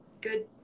good